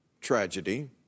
tragedy